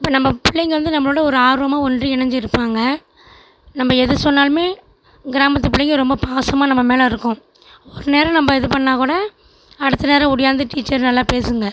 இப்போ நம்ப பிள்ளைங்க வந்து நம்மளோடு ஒரு ஆர்வமாக ஒன்று இணைஞ்சு இருப்பாங்க நம்ப எது சொன்னாலும் கிராமத்து பிள்ளைங்க ரொம்ப பாசமாக நம்ப மேல் இருக்கும் ஒரு நேரம் நம்ம இது பண்ணால் கூட அடுத்த நேரம் ஒடியாந்து டீச்சர் நல்லா பேசுங்க